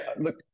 look